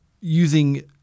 using